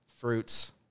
fruits